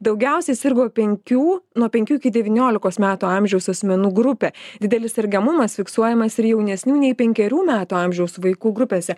daugiausiai sirgo penkių nuo penkių iki devyniolikos metų amžiaus asmenų grupė didelis sergamumas fiksuojamas ir jaunesnių nei penkerių metų amžiaus vaikų grupėse